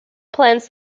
plans